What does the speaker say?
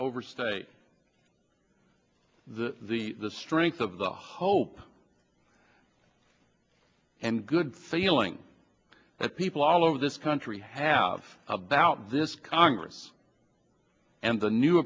overstate the the the strength of the hope and good feeling that people all over this country have about this congress and the new